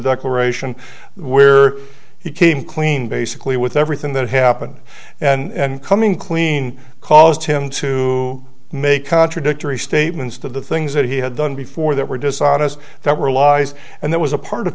declaration where he came clean basically with everything that happened and coming clean caused him to make contradictory statements to the things that he had done before that were dishonest that were lies and that was a part of